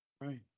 Right